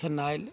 phenyl